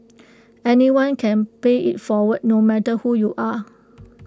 anyone can pay IT forward no matter who you are